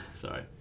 Sorry